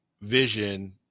Vision